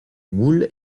moule